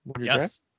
Yes